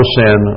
sin